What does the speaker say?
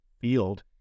field